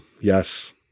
Yes